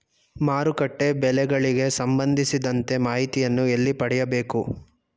ಮಾರುಕಟ್ಟೆ ಬೆಲೆಗಳಿಗೆ ಸಂಬಂಧಿಸಿದಂತೆ ಮಾಹಿತಿಯನ್ನು ಎಲ್ಲಿ ಪಡೆಯಬೇಕು?